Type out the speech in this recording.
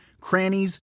crannies